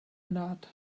nod